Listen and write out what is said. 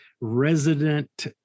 resident